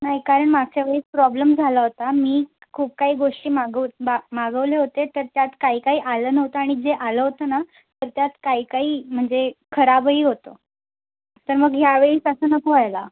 नाही कारण मागच्या वेळीस प्रॉब्लम झाला होता मी खूप काही गोष्टी मागोत बा मागवले होते तर त्यात काही काही आलं नव्हतं आणि जे आलं होतं ना तर त्यात काही काही म्हणजे खराबही होतं तर मग ह्या वेळी तसं नको व्हायला